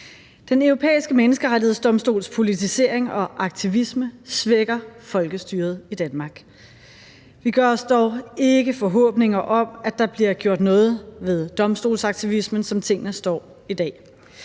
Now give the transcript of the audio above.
Den Europæiske Menneskerettighedsdomstols politisering og aktivisme svækker folkestyret i Danmark. Vi gør os dog ikke forhåbninger om, at der bliver gjort noget ved domstolsaktivismen, som tingene står i dag.